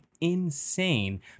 insane